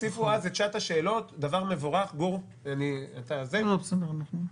גור, אני צודק?